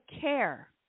care